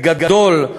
בגדול,